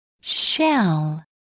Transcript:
Shell